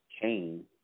Cain